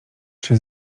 czy